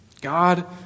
God